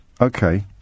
Okay